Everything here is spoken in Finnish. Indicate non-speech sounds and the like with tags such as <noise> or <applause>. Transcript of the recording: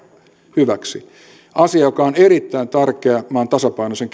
hyväksi asia joka on erittäin tärkeä maan tasapainoisen <unintelligible>